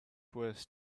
worse